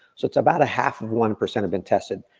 so it's about a half of one percent have been tested.